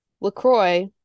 LaCroix